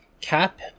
cap